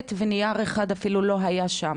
עט ונייר אחד אפילו לא היה שם.